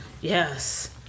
Yes